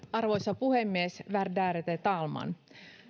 arvoisa puhemies värderade talman